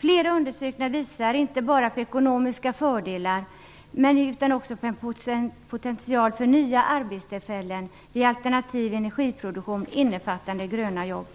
Flera undersökningar visar inte bara på ekonomiska fördelar utan också på en potential för nya arbetstillfällen vid alternativ energiproduktion innefattande gröna jobb.